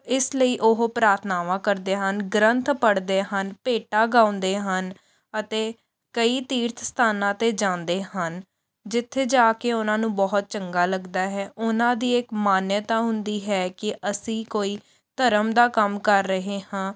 ਇਸ ਲਈ ਉਹ ਪ੍ਰਾਰਥਨਾਵਾਂ ਕਰਦੇ ਹਨ ਗ੍ਰੰਥ ਪੜ੍ਹਦੇ ਹਨ ਭੇਟਾ ਗਾਉਂਦੇ ਹਨ ਅਤੇ ਕਈ ਤੀਰਥ ਸਥਾਨਾਂ 'ਤੇ ਜਾਂਦੇ ਹਨ ਜਿੱਥੇ ਜਾ ਕੇ ਉਹਨਾਂ ਨੂੰ ਬਹੁਤ ਚੰਗਾ ਲੱਗਦਾ ਹੈ ਉਹਨਾਂ ਦੀ ਇੱਕ ਮਾਨਤਾ ਹੁੰਦੀ ਹੈ ਕਿ ਅਸੀਂ ਕੋਈ ਧਰਮ ਦਾ ਕੰਮ ਕਰ ਰਹੇ ਹਾਂ